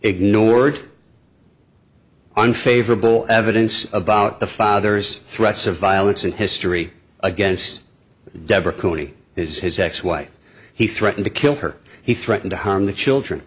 ignored unfavorable evidence about the father's threats of violence and history against debra cooney his his ex wife he threatened to kill her he threatened to harm the children